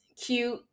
cute